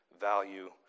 value